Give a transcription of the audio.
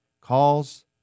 calls